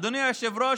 אדוני היושב-ראש,